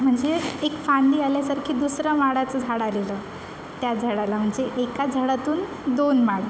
म्हणजे एक फांदी आल्यासारखी दुसरं माडाचं झाड आलेलं त्याच झाडाला म्हणजे एकाच झाडातून दोन माड